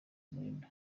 malimba